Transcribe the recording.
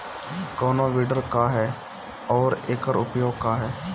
कोनो विडर का ह अउर एकर उपयोग का ह?